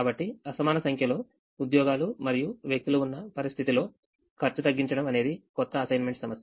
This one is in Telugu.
కాబట్టి అసమాన సంఖ్యలో ఉద్యోగాలు మరియు వ్యక్తులు ఉన్న పరిస్థితి లో ఖర్చు తగ్గించడం అనేది కొత్త అసైన్మెంట్ సమస్య